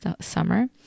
summer